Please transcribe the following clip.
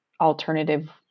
alternative